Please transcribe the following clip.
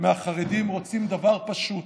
של החרדים רוצים דבר פשוט: